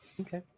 Okay